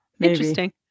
interesting